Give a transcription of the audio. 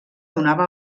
donava